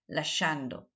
lasciando